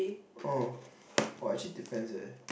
orh actually depends eh